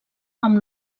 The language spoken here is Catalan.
amb